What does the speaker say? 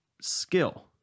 skill